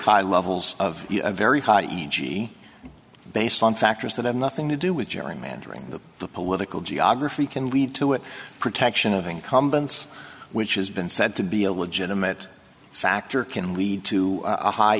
high levels of very high e g based on factors that have nothing to do with gerrymandering that the political geography can lead to it protection of incumbents which has been said to be a legitimate factor can lead to a high